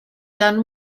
done